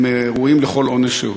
הם ראויים לכל עונש.